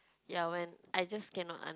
ya when I just cannot un~